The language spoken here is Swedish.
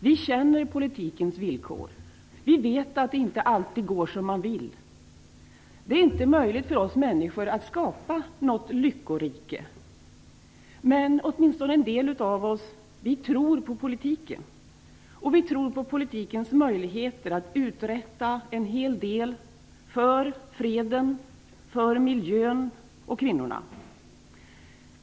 Vi känner politikens villkor. Vi vet att det inte alltid går som man vill. Det är inte möjligt för oss människor att skapa något lyckorike. Men åtminstone en del av oss tror på politiken. Vi tror på politikens möjligheter att uträtta en hel del för freden, för miljön och för kvinnorna.